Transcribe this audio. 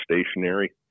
stationary